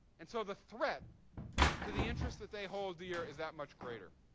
and so the threat to the interests that they hold dear is that much greater.